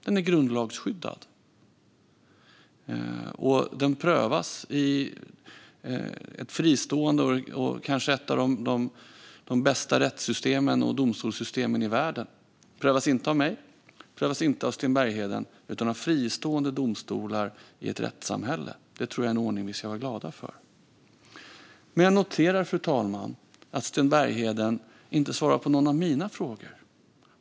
Den är grundlagsskyddad, och den prövas i ett fristående och kanske ett av de bästa rätts och domstolssystem som finns i världen. Den prövas inte av mig och inte av Sten Bergheden utan av fristående domstolar i ett rättssamhälle. Det är en ordning som jag tror att vi ska vara glada för. Fru talman! Jag noterar att Sten Bergheden inte svarar på någon av mina frågor.